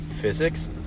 Physics